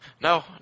No